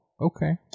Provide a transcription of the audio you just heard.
Okay